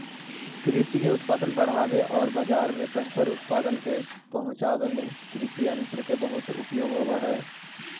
कृषि के उत्पादक बढ़ावे औउर बाजार में बेहतर उत्पाद के पहुँचावे में कृषियन्त्र के बहुत उपयोग होवऽ हई